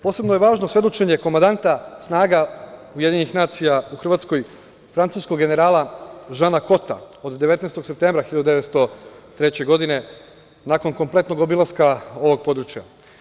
Posebno je važno svedočenje komandanta snaga Ujedinjenih nacija u Hrvatskoj, francuskog generala Žana Kota, od 19. septembra 1903. godine, nakon kompletnog obilaska ovog područja.